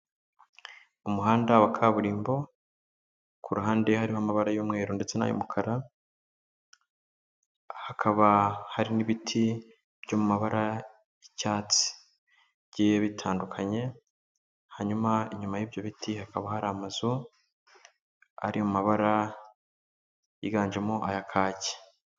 Umuhanda wa kaburimbo ku ruhande hariho amabara y'umweru ndetse n'ay'umukara, hakaba hari n'ibiti byo mu mabara y'icyatsi bigiye bitandukanye. Hanyuma inyuma y'ibyo biti hakaba hari amazu ari mu mabara yiganjemo aya kake.